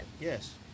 Yes